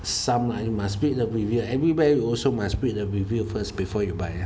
some lah you must read the review everywhere you must also read the review first before you buy ah